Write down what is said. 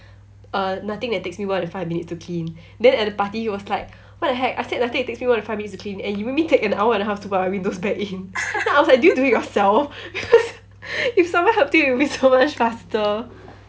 uh nothing that takes me more than five minutes to clean then at the party he was like what the heck I said nothing that takes me more than five minutes to clean and you make me take an hour and a half to put up our windows back in I was like did you do it yourself if someone helped you it would be so much faster